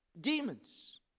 demons